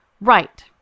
Right